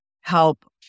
help